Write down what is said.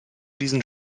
diesen